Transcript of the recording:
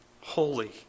holy